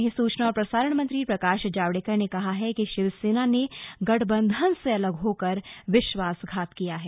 वहीं सूचना और प्रसारण मंत्री प्रकाश जावडेकर ने कहा है कि शिवसेना ने गठबंधन से अलग होकर विश्वासघात किया है